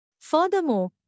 Furthermore